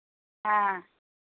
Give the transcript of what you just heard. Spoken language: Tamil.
ஆ